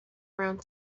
around